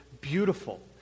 beautiful